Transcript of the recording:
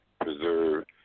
preserve